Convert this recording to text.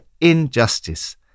injustice